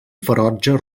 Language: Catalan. ferotge